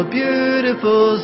beautiful